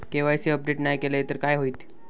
KYC update नाय केलय तर काय होईत?